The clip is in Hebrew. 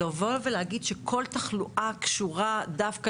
לבוא ולהגיד שכל תחלואה קשורה דווקא